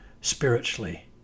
spiritually